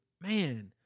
man